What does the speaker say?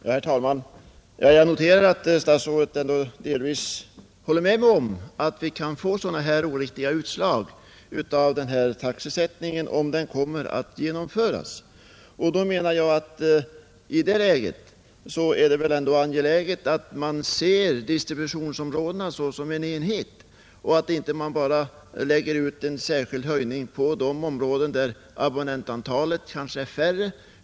Herr talman! Jag noterar att statsrådet ändå delvis håller med mig om att vi kan få oriktiga utslag av denna taxehöjning om den kommer att genomföras. Då menar jag att det är angeläget att man ser distributionsområdena såsom en enhet och inte bara lägger ut en särskild höjning på de områden där abonnentantalet är glest.